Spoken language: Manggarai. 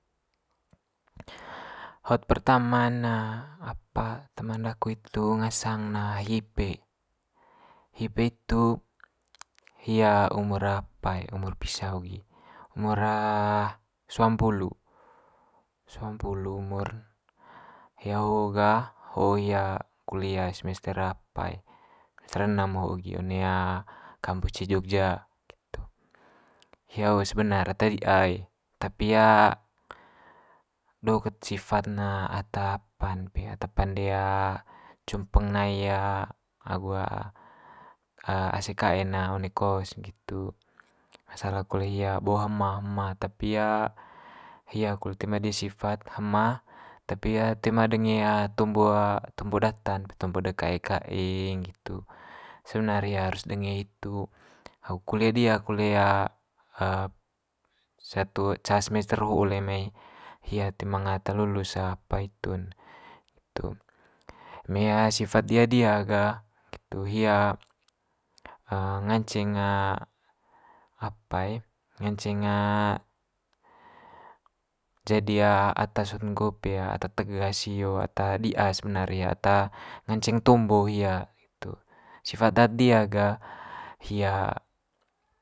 Hot pertama'n ne apa teman daku hitu ngasang ne hi ipe. Hi ipe hitu hia umur apa i umur pisa ho gi, umur suampulu suampulu umur'n. Hia ho gah ho hi kulia semester apa i semester enem ho gi one kampus ce jogja nggitu. Hia ho sebenar ata dia i, tapi do ket sifat ne ata apa'n pe ata pande cumpeng nai agu ase kae'n one kos nggitu. Masalah kole hia bo hema hema tapi hia kole toe ma dia sifat hema tapi toe ma denge tombo tombo data'n tombo de kae kae nggitu, sebenar hia harus denge hitu. Agu kulia diha kole satu ca semester ho'o le mai hia toe manga ata lulus apa hitu'n itu. Eme sifat dia diha ga nggitu hia nganceng apa nganceng jadi ata sot nggo pe ata tegas sio ata di'a sebenar hia ata nganceng tombo hia, hitu. Sifat daat dia ga hia.